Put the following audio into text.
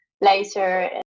later